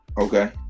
Okay